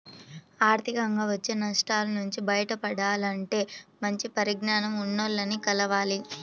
ఆర్థికంగా వచ్చే నష్టాల నుంచి బయటపడాలంటే మంచి పరిజ్ఞానం ఉన్నోల్లని కలవాలి